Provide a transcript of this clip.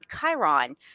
Chiron